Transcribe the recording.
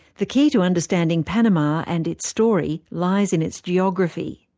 the key to understanding panama and its story lies in its geography.